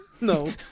No